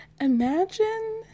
Imagine